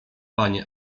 panie